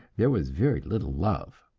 there was very little love.